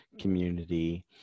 community